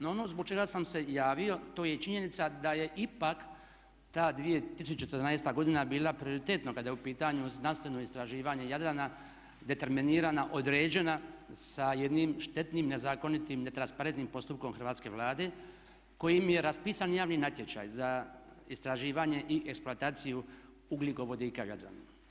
No, ono zbog čega sam se javio to je činjenica da je ipak ta 2014.godina bila prioritetna kada je u pitanju znanstveno istraživanje Jadrana, determinirana, određena sa jednim štetnim nezakonitim, ne transparentnim postupkom Hrvatske vlade kojim je raspisan javni natječaj za istraživanje i eksploataciju ugljikovodika u Jadranu.